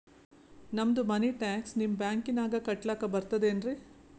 ನಮ್ದು ಮನಿ ಟ್ಯಾಕ್ಸ ನಿಮ್ಮ ಬ್ಯಾಂಕಿನಾಗ ಕಟ್ಲಾಕ ಬರ್ತದೇನ್ರಿ?